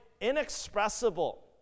inexpressible